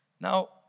Now